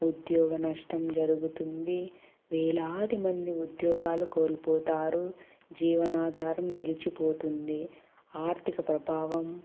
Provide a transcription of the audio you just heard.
ఉద్యోగ నష్టం జరుగుతుంది వేలాది మంది ఉద్యోగాలు కోల్పోతారు జీవనాధారం నిలిచిపోతుంది ఆర్థిక ప్రభావం